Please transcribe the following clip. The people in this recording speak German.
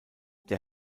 der